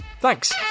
thanks